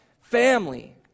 Family